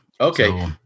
Okay